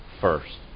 first